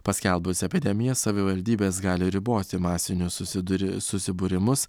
paskelbus epidemiją savivaldybės gali riboti masinius susiduri susibūrimus